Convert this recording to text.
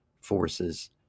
forces